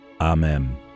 amen